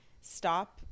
stop